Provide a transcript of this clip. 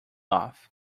off